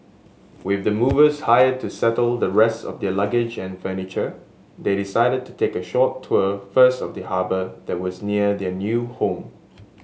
with the movers hired to settle the rest of their luggage and furniture they decided to take a short tour first of the harbour that was near their new home